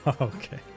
okay